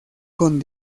con